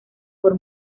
por